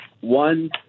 One